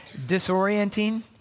disorienting